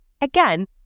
again